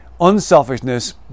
unselfishness